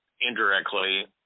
indirectly